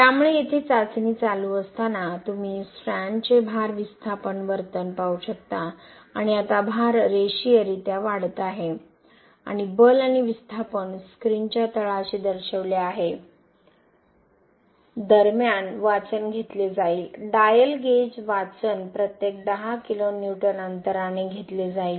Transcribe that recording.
त्यामुळे येथे चाचणी चालू असताना तुम्ही स्ट्रँडचे भार विस्थापन वर्तन पाहू शकता आणि आता भार रेषीयरित्या वाढत आहे आणि बल आणि विस्थापन स्क्रीनच्या तळाशी दर्शविले आहे दरम्यान वाचन घेतले जाईल डायल गेज वाचन प्रत्येक 10 किलो न्यूटन अंतराने घेतले जाईल